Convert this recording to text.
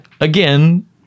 again